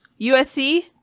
USC